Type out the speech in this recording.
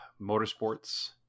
motorsports